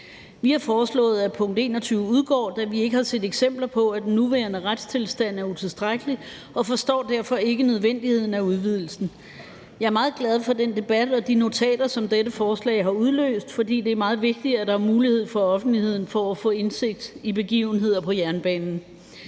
Vi har foreslået, at nr. 21 udgår, da vi ikke har set eksempler på, at den nuværende retstilstand er utilstrækkelig, og derfor ikke forstår nødvendigheden af udvidelsen. Jeg er meget glad for den debat og de notater, som dette forslag har udløst, for det er meget vigtigt, at der er mulighed for offentligheden for at få indsigt i begivenheder på jernbanen.